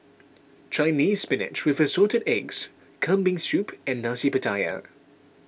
Chinese Spinach with Assorted Eggs Kambing Soup and Nasi Pattaya